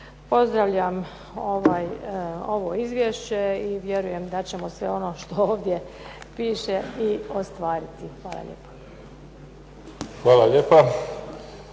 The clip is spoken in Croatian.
Pozdravljam ovo izvješće i vjerujem da ćemo se ono što ovdje piše i ostvariti. Hvala lijepa. **Mimica,